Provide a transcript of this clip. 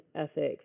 ethics